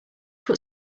put